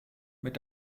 mit